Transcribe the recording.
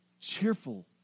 cheerful